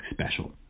special